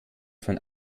von